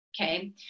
Okay